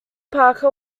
parker